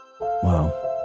Wow